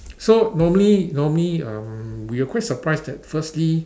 so normally normally um we were quite surprised that firstly